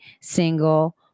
single